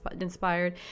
inspired